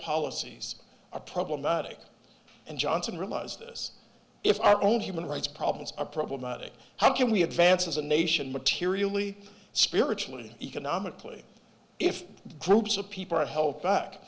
policies are problematic and johnson realized this if our own human rights problems are problematic how can we advance as a nation materially spiritually economically if groups of people are held back